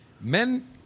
men